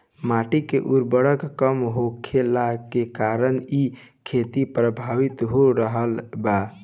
माटी के उर्वरता कम होखला के कारण इ खेती प्रभावित हो रहल बा